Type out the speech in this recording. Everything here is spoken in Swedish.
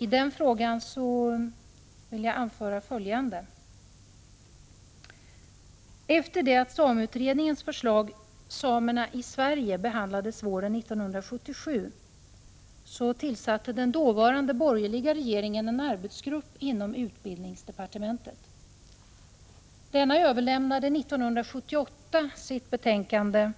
I denna fråga vill jag anföra följande. Efter det att sameutredningens förslag Samerna i Sverige behandlades våren 1977 tillsatte den dåvarande borgerliga regeringen en arbetsgrupp inom utbildningsdepartementet. Denna överlämnade 1978 sitt betänkande